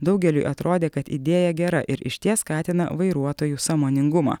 daugeliui atrodė kad idėja gera ir išties skatina vairuotojų sąmoningumą